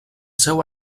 seu